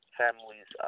families